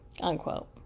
unquote